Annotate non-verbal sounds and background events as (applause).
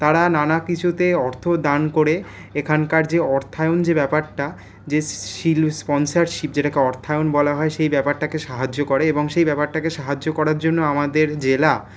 তারা নানা কিছুতে অর্থ দান করে এখানকার যে অর্থায়ন যে ব্যাপারটা যে (unintelligible) স্পনসরশিপ যেটাকে অর্থায়ন বলা হয় সেই ব্যাপারটাকে সাহায্য় করে এবং সেই ব্যাপারটাকে সাহায্য় করার জন্য আমাদের জেলা